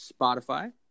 Spotify